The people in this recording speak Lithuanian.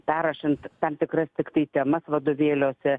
perrašant tam tikras tiktai temas vadovėliuose